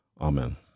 Amen